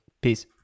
Peace